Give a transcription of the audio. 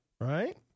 right